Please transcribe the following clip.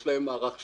יש להם מערך שיווק,